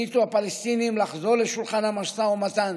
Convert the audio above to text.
יחליטו הפלסטינים לחזור לשולחן המשא ומתן,